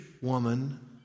woman